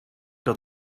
dat